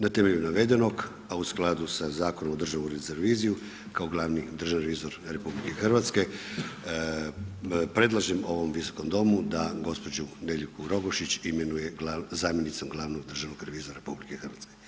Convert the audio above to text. Na temelju navedenog a u skladu sa Zakonom o Državnom uredu za reviziju kao glavni državni revizor RH predlažem ovom Visokom domu da gospođu Nediljku Rogošić imenuje zamjenicom glavnog državnog revizora RH.